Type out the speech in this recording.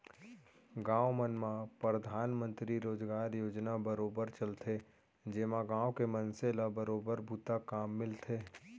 गाँव मन म परधानमंतरी रोजगार योजना बरोबर चलथे जेमा गाँव के मनसे ल बरोबर बूता काम मिलथे